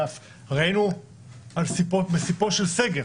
הרי היינו על סיפו של סגר,